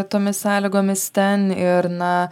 tomis sąlygomis ten ir na